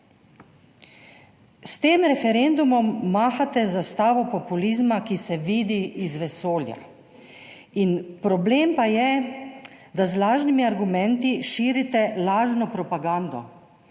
S tem referendumom mahate zastavo populizma, ki se vidi iz vesolja. Problem pa je, da z lažnimi argumenti širite lažno propagando